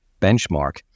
benchmark